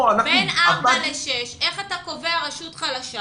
בין 4 ל-6, איך אתה קובע רשות חלשה